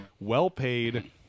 Well-paid